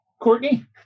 Courtney